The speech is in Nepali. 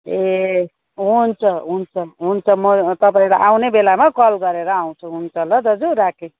ए हुन्छ हुन्छ हुन्छ म तपाईँलाई आउने बेलामा कल गरेर आउँछु हुन्छ ल दाजु राखेँ